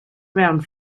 around